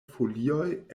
folioj